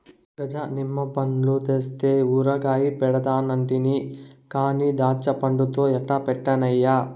గజ నిమ్మ పండ్లు తెస్తే ఊరగాయ పెడతానంటి కానీ దాచ్చాపండ్లతో ఎట్టా పెట్టన్నయ్యా